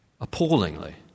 appallingly